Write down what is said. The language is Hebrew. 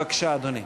בבקשה, אדוני.